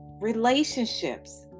relationships